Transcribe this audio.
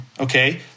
okay